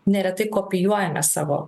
neretai kopijuojame savo